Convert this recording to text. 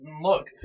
Look